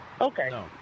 Okay